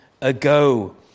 ago